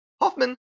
Hoffman